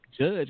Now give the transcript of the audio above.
judge